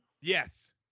Yes